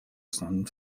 основным